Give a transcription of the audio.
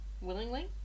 Willingly